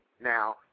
now